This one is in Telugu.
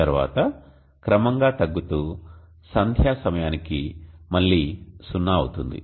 తరువాత క్రమంగా తగ్గుతూ సంధ్యా సమయానికి మళ్లీ 0 అవుతుంది